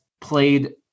played